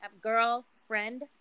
girlfriend